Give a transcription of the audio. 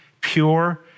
pure